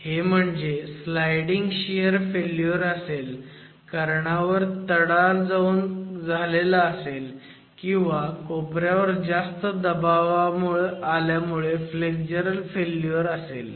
हे म्हणजे sliding shear failure असेल कर्णावर तडा जाऊन असेल किंवा कोपऱ्यांवर जास्त दबाव आल्यामुळे फ्लेग्जरल फेल्युअर असेल